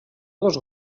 dos